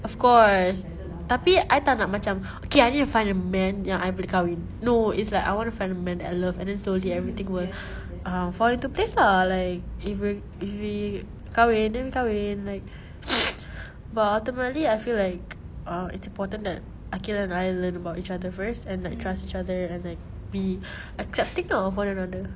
of course tapi I tak nak macam okay I need to find a man yang I boleh kahwin no it's like I want to find a man that I love and then slowly everything will uh fall into place lah like if y~ if we kahwin then kahwin like but ultimately I feel like uh it's important that aqil and I learn about each other first and like trust each other and like be accepting ah of one another